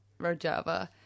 Rojava –